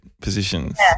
positions